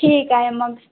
ठीक आहे मग